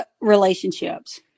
Relationships